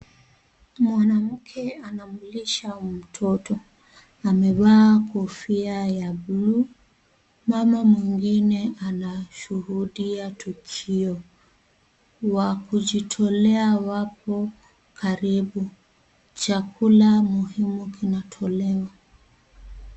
Mwanamke anamlisha mtoto. Amevaa kofia ya buluu. Mama mwingine anashuhudia tukio. Wa kujitolea wako karibu. Chakula muhimu kinatolewa.